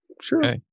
sure